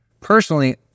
personally